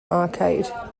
arcade